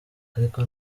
ariko